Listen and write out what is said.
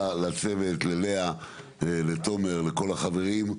שוב, תודה לצוות, ללאה, לתומר ולכל החברים.